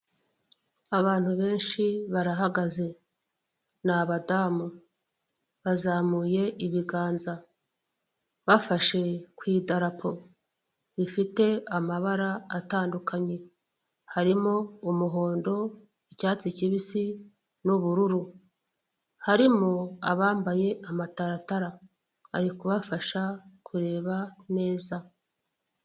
Abantu benshi barahagaze, n'abadamu, bazamuye ibiganza, bafashe ku idarapo rifite amabara atandukanye, harimo umuhondo, icyatsi kibisi, n'ubururu. Harimo abambaye amataratara, ari kubafasha kureba neza.